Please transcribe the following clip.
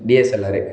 DSLR